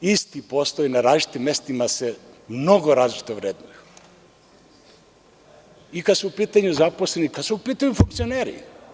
Isti poslovi na različitim mestima mnogo različito se vrednuju i kada su u pitanju zaposleni i kada su u pitanju funkcioneri.